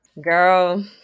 Girl